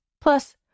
Plus